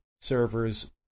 servers